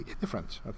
different